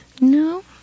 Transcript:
No